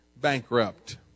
bankrupt